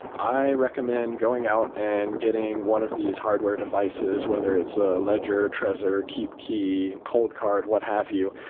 i recommend going out and getting one of these hardware devices, whether it's a ledger, trezor, keepkey, coldcard, what have you,